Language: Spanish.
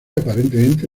aparentemente